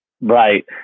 right